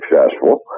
successful